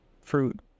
fruit